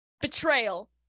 Betrayal